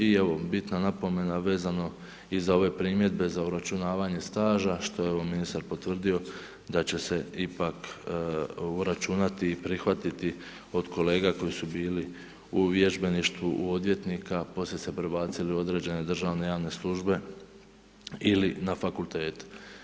I evo, bitna napomena vezano i za ove primjedbe za obračunavanje staža, što je ministar potvrdio, da će se ipak obračunati i prihvatiti od kolege koji su bili u vježbeništvu u odvjetnika, poslije se prebacile u određene državne javne službe ili na fakultete.